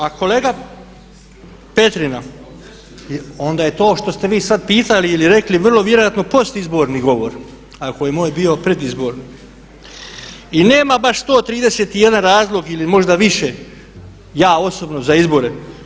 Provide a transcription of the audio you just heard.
A kolega Petrina, onda je to što ste vi sada pitali ili rekli vrlo vjerojatno postizborni govor, ako je moj bio predizborni i nemam baš 131 razlog ili možda više ja osobno za izbore.